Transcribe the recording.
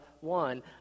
one